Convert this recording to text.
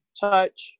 touch